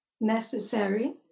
necessary